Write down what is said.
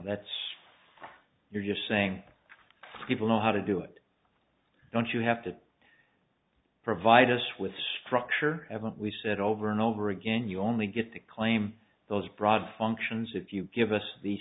that's you're just saying people know how to do it don't you have to provide us with structure haven't we said over and over again you only get to claim those broad functions if you give us the